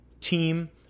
team